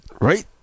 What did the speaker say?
Right